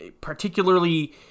particularly